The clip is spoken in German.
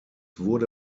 wurde